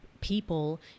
people